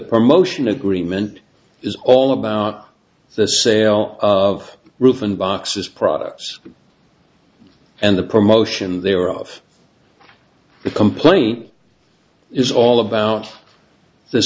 promotion agreement is all about the sale of roof and boxes products and the promotion there of a complaint is all about the